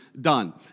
done